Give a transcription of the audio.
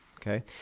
Okay